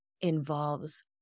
involves